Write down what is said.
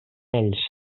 ells